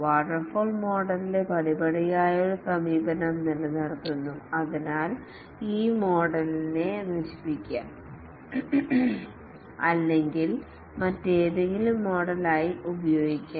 waterfall മോഡലിന്റെ പടിപടിയായുള്ള സമീപനം നിലനിർത്തുന്നു അതിനാൽ ഈ മോഡൽ യെ നശിപ്പിക്കാം അല്ലെങ്കിൽ മറ്റേതെങ്കിലും മോഡൽ ആയി ഉപയോഗിക്കാം